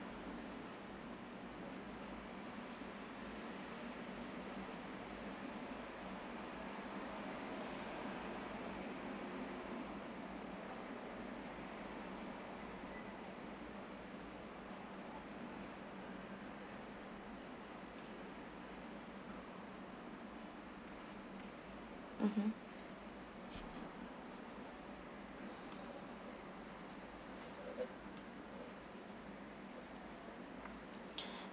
mmhmm